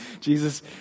Jesus